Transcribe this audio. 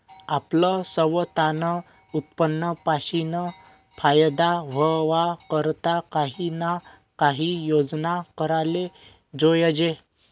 आपलं सवतानं उत्पन्न पाशीन फायदा व्हवा करता काही ना काही योजना कराले जोयजे